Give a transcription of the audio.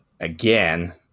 Again